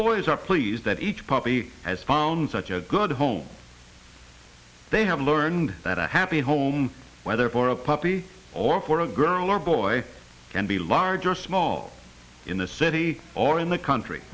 boys are pleased that each puppy has found such a good home they have learned that a happy home whether for a puppy or for a girl or boy can be large or small in a city or in the country